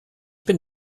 bin